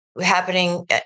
happening